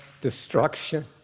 destruction